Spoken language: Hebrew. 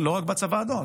לא רק בצבא האדום.